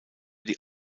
die